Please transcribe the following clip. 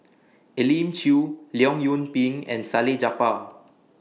Elim Chew Leong Yoon Pin and Salleh Japar